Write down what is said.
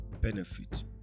benefit